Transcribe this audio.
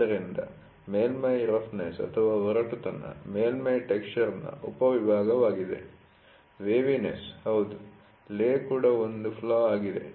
ಆದ್ದರಿಂದ ಮೇಲ್ಮೈ ರಫ್ನೆಸ್ಒರಟುತನ ಮೇಲ್ಮೈ ಟೆಕ್ಸ್ಚರ್'ನ ಉಪವಿಭಾಗವಾಗಿದೆ ವೇವಿನೆಸ್ ಹೌದು ಲೇ ಕೂಡ ಒಂದು ಫ್ಲಾ ಆಗಿದೆ